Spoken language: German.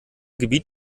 gebiet